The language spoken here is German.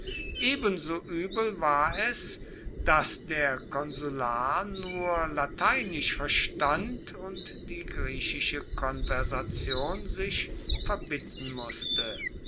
ebenso übel war es daß der konsular nur lateinisch verstand und die griechische konversation sich verbitten mußte